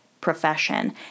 profession